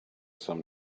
some